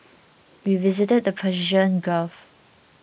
we visited the Persian Gulf